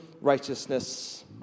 righteousness